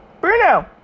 Bruno